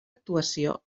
actuació